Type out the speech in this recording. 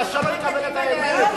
חבר הכנסת יריב לוין,